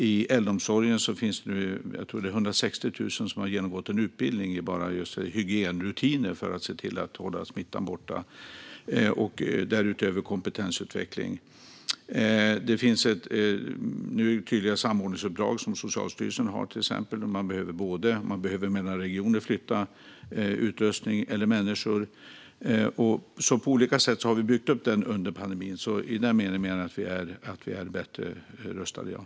I äldreomsorgen är det omkring 160 000 som nu har genomgått en utbildning i hygienrutiner för att man ska se till att hålla smittan borta. Därutöver har det skett kompetensutveckling. Socialstyrelsen har nu tydliga samordningsuppdrag, till exempel om man mellan regioner behöver flytta utrustning eller människor. På olika sätt har vi byggt upp detta under pandemin. I den meningen är vi bättre rustade i dag.